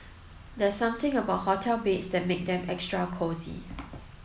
there's something about hotel beds that make them extra cosy